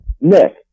Nick